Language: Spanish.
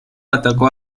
atacó